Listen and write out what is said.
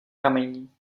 kamení